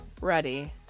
ready